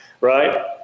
right